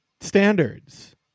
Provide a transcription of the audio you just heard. standards